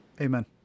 Amen